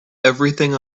everything